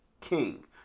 king